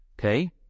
Okay